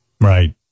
Right